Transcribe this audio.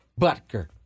Butker